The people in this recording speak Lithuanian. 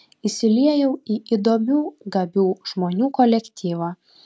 įsiliejau į įdomių gabių žmonių kolektyvą